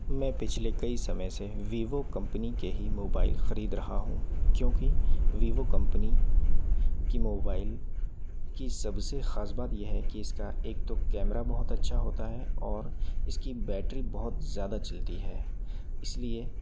मैं पिछले कई समय से वीवो कंपनी के ही मोबाइल खरीद रहा हूँ क्योंकि वीवो कंपनी की मोबाइल की सबसे ख़ास बात यह है कि इसका एक तो कैमरा बहुत अच्छा होता है और इसकी बैटरी बहुत ज़्यादा चलती है इसलिए